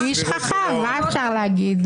איש חכם, מה אפשר להגיד?